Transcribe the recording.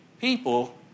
people